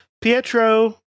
Pietro